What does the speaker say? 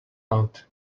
note